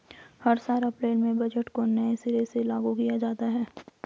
हर साल अप्रैल में बजट को नये सिरे से लागू किया जाता है